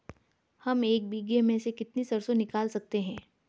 हम एक बीघे में से कितनी सरसों निकाल सकते हैं?